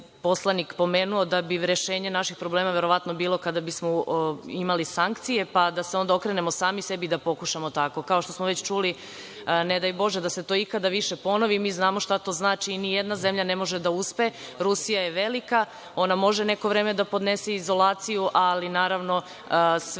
poslanik pomenuo da bi rešenje naših problema, verovatno, bilo kada bismo imali sankcije, pa da se onda okrenemo sami sebi da pokušamo tako. Kao što smo već čuli, ne daj bože, da se to ikada više ponovi, mi znamo šta to znači i nijedna zemlja ne može da uspe. Rusija je velika, ona može neko vreme da podnese izolaciju, ali naravno, sve